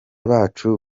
bacu